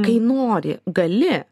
kai nori gali